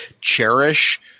Cherish